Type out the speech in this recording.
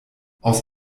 aus